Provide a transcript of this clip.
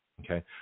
Okay